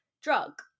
drug